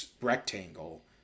rectangle